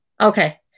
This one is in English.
Okay